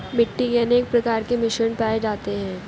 मिट्टी मे अनेक प्रकार के मिश्रण पाये जाते है